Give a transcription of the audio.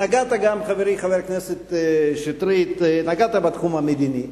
נגעת גם, חברי חבר הכנסת שטרית, בתחום המדיני.